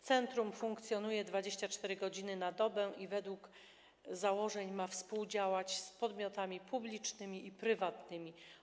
Centrum funkcjonuje 24 h na dobę i według założeń ma współdziałać z podmiotami publicznymi i prywatnymi.